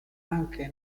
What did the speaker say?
anche